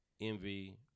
envy